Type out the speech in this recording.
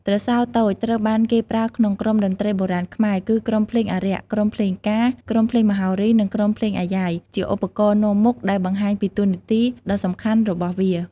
ទ្រសោតូច ត្រូវបានគេប្រើក្នុងក្រុមតន្ត្រីបុរាណខ្មែរគឺ ក្រុមភ្លេងអារក្ស ក្រុមភ្លេងការ ក្រុមភ្លេងមហោរី និងក្រុមភ្លេងអាយ៉ៃ ជាឧបករណ៍នាំមុខ ដែលបង្ហាញពីតួនាទីដ៏សំខាន់របស់វា។